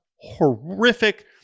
horrific –